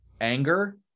anger